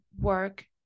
work